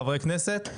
חברי כנסת.